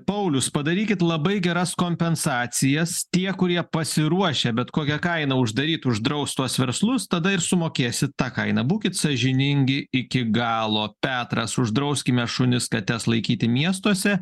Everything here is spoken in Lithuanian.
paulius padarykit labai geras kompensacijas tie kurie pasiruošę bet kokia kaina uždaryt uždraust tuos verslus tada ir sumokėsit tą kainą būkit sąžiningi iki galo petras uždrauskime šunis kates laikyti miestuose